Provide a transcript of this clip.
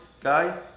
guy